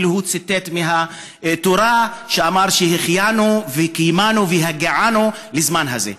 והוא אפילו ציטט מהתורה ואמר: שהחיינו וקיימנו והגיענו לזמן הזה.